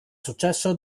successo